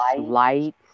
light